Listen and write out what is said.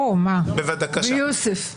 ויוסף.